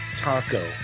taco